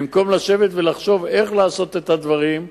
במקום לשבת ולחשוב איך לעשות את הדברים,